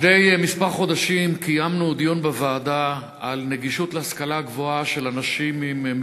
לפני כמה חודשים קיימנו דיון בוועדה על נגישות ההשכלה גבוהה לאנשים עם